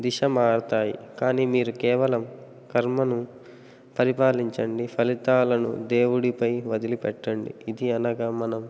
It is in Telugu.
దిశ మారతాయి కానీ మీరు కేవలం కర్మను పరిపాలించండి ఫలితాలను దేవుడిపై వదిలిపెట్టండి ఇది అనగా మనం